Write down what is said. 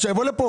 שיבוא לכאן.